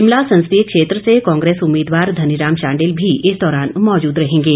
शिमला संसदीय क्षेत्र से कांग्रेस उम्मीदवार धनीराम शांडिल भी इस दौरान मौजूद रहेंगे